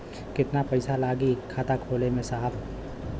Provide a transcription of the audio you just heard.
कितना पइसा लागि खाता खोले में साहब?